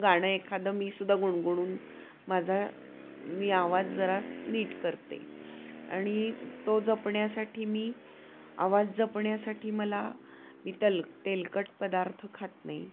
गाणं एखादं मी सुद्धा गुणगुणून माझा मी आवाज जरा नीट करते आणि तो जपण्यासाठी मी आवाज जपण्यासाठी मला मी तल तेलकट पदार्थ खात नाही